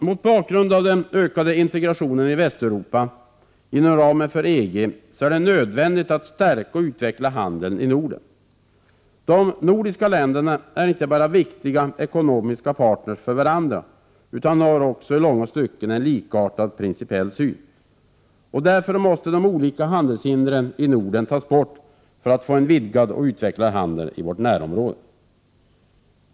Mot bakgrund av den ökade integrationen i Västeuropa inom ramen för EG är det nödvändigt att stärka och utveckla handeln i Norden. De nordiska länderna är inte bara viktiga ekonomiska partner för varandra, utan har också i långa stycken en likartad principiell syn. Därför måste de olika handelshindren i Norden tas bort för att vi skall få en vidgad och utvecklad marknad i vårt närområde.